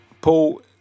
Paul